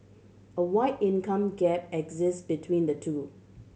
a wide income gap exist between the two